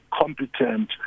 competent